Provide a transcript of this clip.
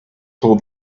told